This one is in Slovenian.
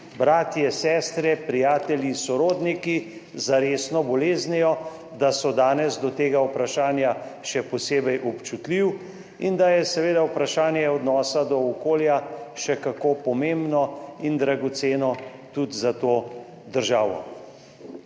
bratje, sestre, prijatelji, sorodniki za resno boleznijo, danes do tega vprašanja še posebej občutljivi in da je seveda vprašanje odnosa do okolja še kako pomembno in dragoceno tudi za to državo.